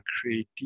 creative